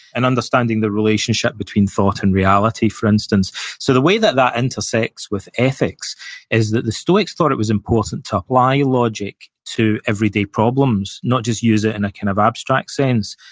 and understanding the relationship between thought and reality, for instance so, the way that that intersects with ethics is that the stoics thought it was important to apply logic to everyday problems, not just use it in a kind of abstract sense.